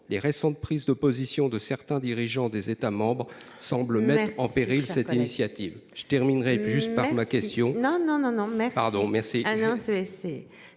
les récentes prises de position de certains dirigeants des États semble mettre en péril cette initiative je terminerai juste par ma question.